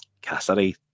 Cassidy